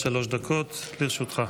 עד שלוש דקות לרשותך.